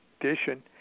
edition